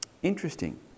Interesting